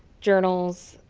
journals.